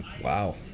Wow